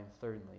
thirdly